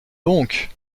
donc